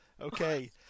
Okay